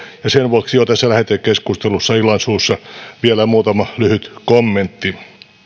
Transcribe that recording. ja sen vuoksi jo tässä lähetekeskustelussa illansuussa vielä muutama lyhyt kommentti